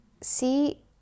see